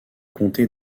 comté